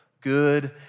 good